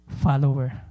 follower